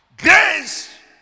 grace